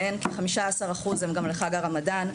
מהן כ-15 אחוז הם גם לחג הרמדאן.